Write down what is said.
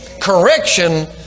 Correction